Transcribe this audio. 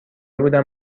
بودم